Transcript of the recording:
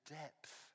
depth